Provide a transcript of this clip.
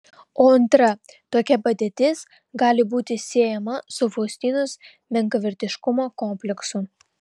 o antra tokia padėtis gali būti siejama su faustinos menkavertiškumo kompleksu